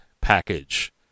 package